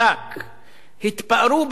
התפארו בכלכלה הישראלית,